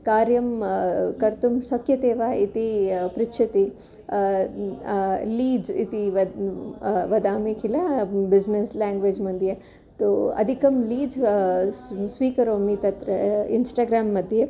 कार्यं कर्तुं शक्यते वा इति पृच्छति लीज् इति वद् वदामि किल बिस्नेस् लेङ्ग्वेज्मध्ये तु अधिकं लीज् स्वीकरोमि तत्र इन्स्टाग्राम्मध्ये